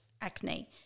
acne